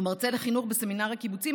שהוא מרצה לחינוך בסמינר הקיבוצים,